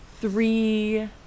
three